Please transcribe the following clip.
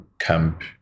camp